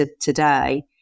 today